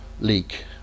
leak